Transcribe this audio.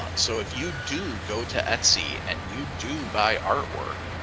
um so if you do go to etsy and you do buy artwork,